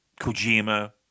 Kojima